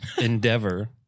endeavor